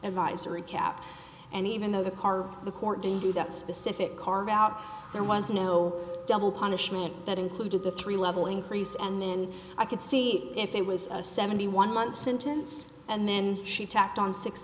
advisory cap and even though the car according to that specific car out there was no double punishment that included the three level increase and then i could see if it was a seventy one month sentence and then she tacked on six